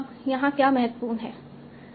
अब यहाँ क्या महत्वपूर्ण है